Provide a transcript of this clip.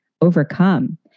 overcome